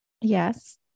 Yes